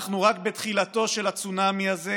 אנחנו רק בתחילתו של הצונאמי הזה,